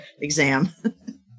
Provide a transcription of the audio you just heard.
exam